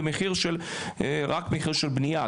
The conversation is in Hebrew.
במחיר של רק מחיר של בנייה,